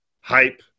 hype